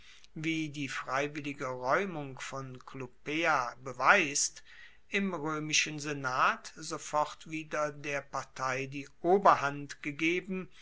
wie die freiwillige raeumung von clupea beweist im roemischen senat sofort wieder der partei die oberhand gegeben